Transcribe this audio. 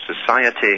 society